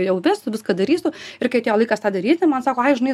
jau vesiu viską darysiu ir kai atėjo laikas tą daryti man sako ai žinai